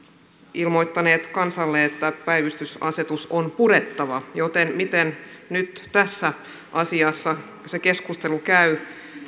ilmoittaneet kansalle että päivystysasetus on purettava joten miten nyt tässä asiassa se keskustelu käy